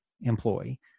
employee